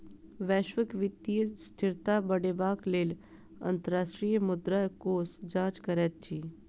वैश्विक वित्तीय स्थिरता बढ़ेबाक लेल अंतर्राष्ट्रीय मुद्रा कोष काज करैत अछि